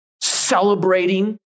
celebrating